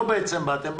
לא "בעצם באתם".